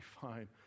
fine